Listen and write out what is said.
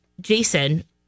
Jason